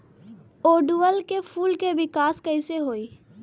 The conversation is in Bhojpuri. ओड़ुउल के फूल के विकास कैसे होई?